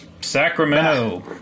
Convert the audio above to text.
Sacramento